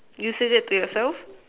did you say that to yourself